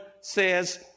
says